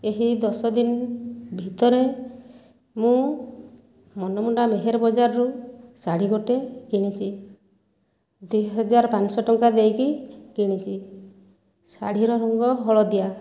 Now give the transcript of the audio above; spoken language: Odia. ଏହି ଦଶ ଦିନ ଭିତରେ ମୁଁ ମନମୁଣ୍ଡା ମେହେର ବଜାରରୁ ଶାଢ଼ୀ ଗୋଟିଏ କିଣିଛି ଦୁଇହଜାର ପାଞ୍ଚଶହ ଟଙ୍କା ଦେଇକି କିଣିଛି ଶାଢ଼ୀର ରଙ୍ଗ ହଳଦିଆ